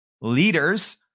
leaders